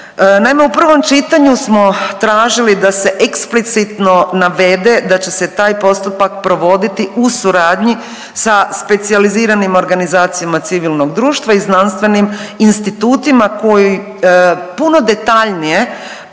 u prvom čitanju smo tražili da se eksplicitno navede da će se taj postupak provoditi u suradnji sa specijaliziranim organizacijama civilnog društva i znanstvenim institutima koji puno detaljnije